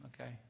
Okay